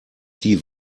die